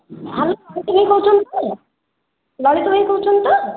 hello Lalit ଭାଇ କହୁଛନ୍ତି ତ ଲଳିତ ଭାଇ କହୁଛନ୍ତି ତ